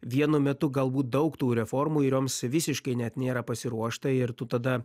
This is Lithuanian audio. vienu metu galbūt daug tų reformų ir joms visiškai net nėra pasiruošta ir tu tada